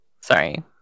sorry